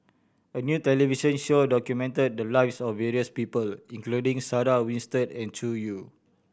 a new television show documented the lives of various people including Sarah Winstedt and Zhu Xu